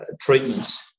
treatments